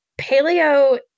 paleo